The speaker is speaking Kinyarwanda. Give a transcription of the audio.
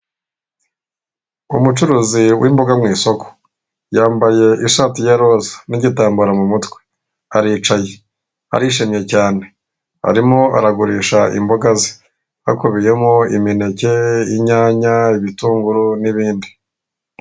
Umucuruzi w'imboga mu isoko, yambaye ishati ya roza n'igitambara mu mutwe aricaye, arishimye cyane arimo aragurisha imboga ze hakubiyemo imineke, inyanya, ibitunguru n'ibindi.